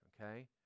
okay